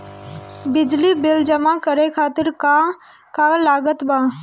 बिजली बिल जमा करे खातिर का का लागत बा?